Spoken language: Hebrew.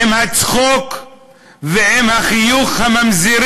עם הצחוק ועם החיוך הממזרי